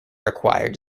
required